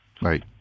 right